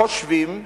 חושבים וחשובים,